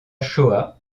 shoah